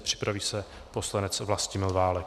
Připraví se poslanec Vlastimil Válek.